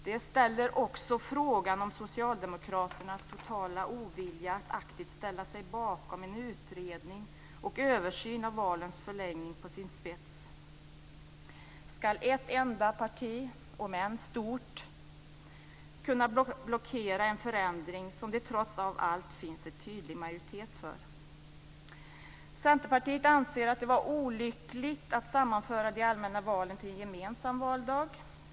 Detta ställer också frågan om socialdemokraternas totala ovilja att aktivt ställa sig bakom en utredning och översyn av valens förläggning på sin spets. Ska ett enda parti, om än stort, kunna blockera en förändring som det trots allt finns en tydlig majoritet för? Centerpartiet anser att det var olyckligt att sammanföra de allmänna valen till en gemensam valdag.